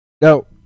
No